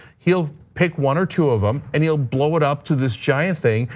he'll pick one or two of them, and he'll blow it up to this giant thing.